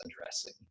addressing